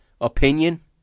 opinion